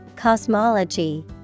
Cosmology